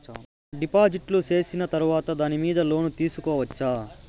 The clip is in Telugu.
డిపాజిట్లు సేసిన తర్వాత దాని మీద లోను తీసుకోవచ్చా?